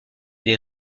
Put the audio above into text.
des